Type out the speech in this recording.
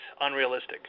unrealistic